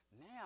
Now